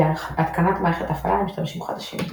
והתקנת מערכת הפעלה למשתמשים חדשים.